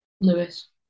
Lewis